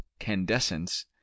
candescence